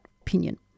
opinion